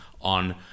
on